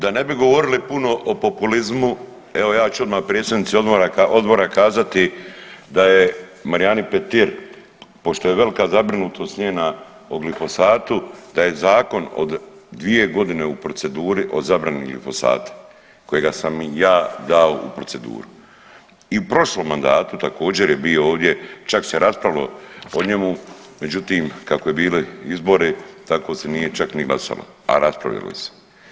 Da ne bi govorili puno o populizmu evo ja ću odma predsjednici odbora kazati da je, Marijani Petir, pošto je velika zabrinutost njena o glifosatu da je Zakon 2.g. u proceduri o zabrani glifosata kojega sam ja dao u proceduru i u prošlom mandatu također je bio ovdje čak se raspravljalo o njemu, međutim kako je bili izbori tako se nije čak ni glasalo, a raspravljalo se.